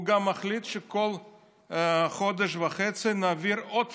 הוא גם מחליט שכל חודש וחצי נעביר עוד